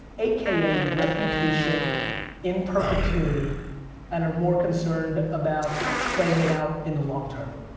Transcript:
a k a. reputation in perpetuity and are more concerned about playing it out in the longterm.